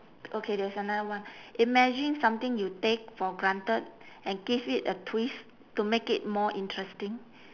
okay there's another one imagine something you take for granted and give it a twist to make it more interesting